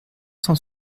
cent